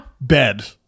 bed